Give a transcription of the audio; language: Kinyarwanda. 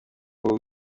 wowe